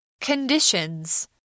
Conditions